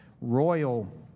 royal